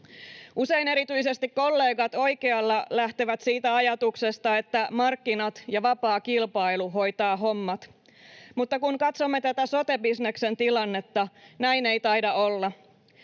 Usein erityisesti kollegat oikealla lähtevät siitä ajatuksesta, että markkinat ja vapaa kilpailu hoitavat hommat. Mutta kun katsomme tätä sote-bisneksen tilannetta, näin ei taida olla.